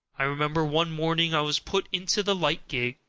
i remember one morning i was put into the light gig,